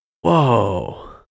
Whoa